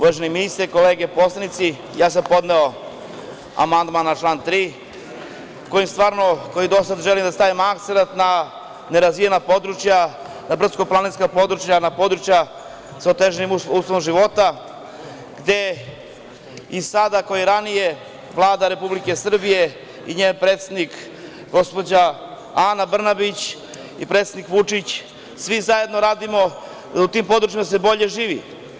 Uvaženi ministre, kolege poslanici, podneo sam amandman na član 3. kojim želim da stavim akcenat na nerazvijena područja, na brdsko-planinska područja, na područja sa otežanim uslovima života, gde i sada, kao i ranije, Vlada Republike Srbije i njen predsednik, gospođa Ana Brnabić i predsednik Vučić, svi zajedno radimo i u tim područjima se bolje živi.